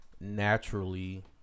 naturally